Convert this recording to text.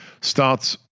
starts